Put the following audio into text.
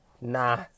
Nah